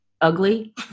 ugly